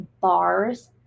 bars